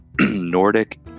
Nordic